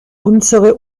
unsere